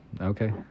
Okay